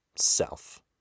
self